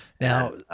Now